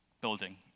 Building